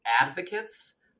advocates